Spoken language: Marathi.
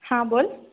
हा बोल